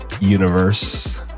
universe